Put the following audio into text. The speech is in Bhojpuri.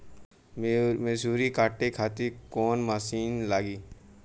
मसूरी काटे खातिर कोवन मसिन लागी?